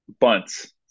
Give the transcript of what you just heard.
Bunts